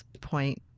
point